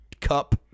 cup